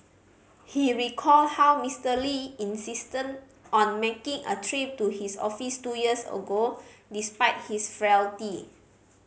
he recalled how Mister Lee insisted on making a trip to his office two years ago despite his frailty